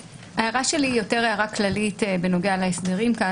ההערה שלי היא יותר הערה כללית בנוגע להסדרים כאן,